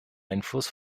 einfluss